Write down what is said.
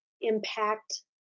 impact